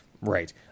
right